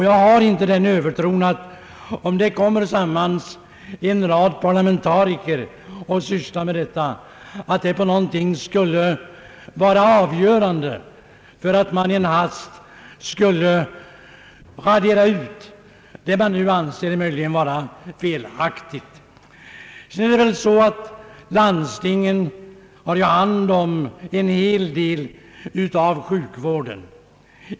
Jag har inte den övertron att om en mängd parlamentariker träffas och sysslar med dessa frågor, det på något sätt skulle vara avgörande för att man i en hast skulle kunna radera ut det som nu möjligen anses vara felaktigt. Landstingen har ju hand om en hel del av sjukvården.